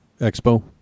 Expo